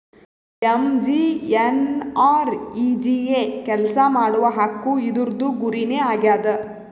MGNREGA ಕೆಲ್ಸಾ ಮಾಡುವ ಹಕ್ಕು ಇದೂರ್ದು ಗುರಿ ನೇ ಆಗ್ಯದ